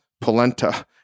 polenta